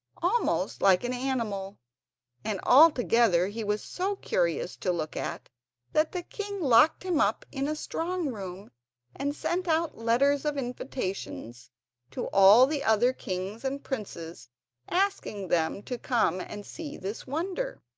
almost like an animal and altogether he was so curious to look at that the king locked him up in a strong room and sent out letters of invitation to all the other kings and princes asking them to come and see this wonder.